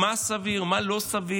על מה סביר ומה לא סביר.